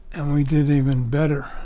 and we did even better.